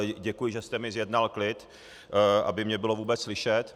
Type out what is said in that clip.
Děkuji, že jste mi zjednal klid, aby mě bylo vůbec slyšet.